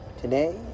today